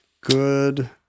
Good